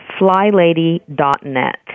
FlyLady.net